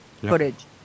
footage